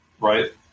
right